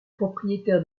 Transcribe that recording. propriétaire